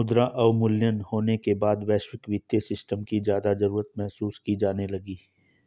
मुद्रा अवमूल्यन होने के बाद वैश्विक वित्तीय सिस्टम की ज्यादा जरूरत महसूस की जाने लगी